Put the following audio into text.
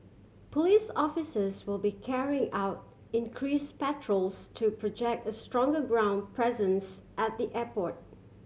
police officers will be carrying out increase patrols to project a stronger ground presence at the airport